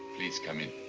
please come in.